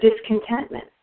discontentment